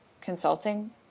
consulting